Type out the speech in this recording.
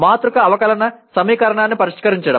మాతృక అవకలన సమీకరణాన్ని పరిష్కరించడం